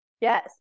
Yes